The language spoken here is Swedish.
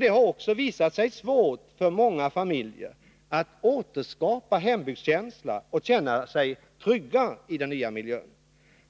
Det har också visat sig svårt för många familjer att återskapa hembygdskänsla och känna sig trygga i den nya miljön.